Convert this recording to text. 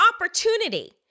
opportunity